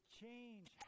change